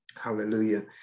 Hallelujah